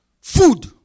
food